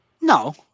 No